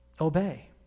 obey